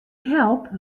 help